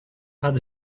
add